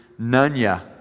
nunya